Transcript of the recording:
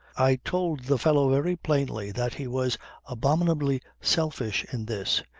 i told the fellow very plainly that he was abominably selfish in this,